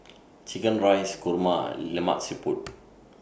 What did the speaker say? Chicken Rice Kurma and Lemak Siput